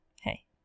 hey